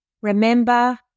remember